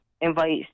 invites